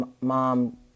mom